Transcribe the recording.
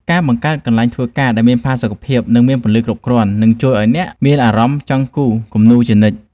ការបង្កើតកន្លែងធ្វើការដែលមានផាសុកភាព និង មានពន្លឺគ្រប់គ្រាន់នឹងជួយឱ្យអ្នកមានអារម្មណ៍ចង់គូរគំនូរជានិច្ច។